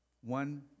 One